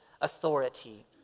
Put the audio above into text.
authority